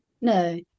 no